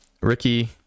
Ricky